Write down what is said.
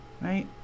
right